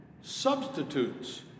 substitutes